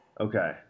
Okay